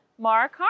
Mark